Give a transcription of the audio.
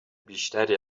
بیشتری